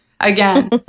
again